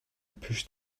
pushed